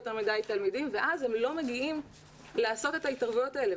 מדי תלמידים ואז הם לא מגיעים לעשות את ההתערבויות האלה.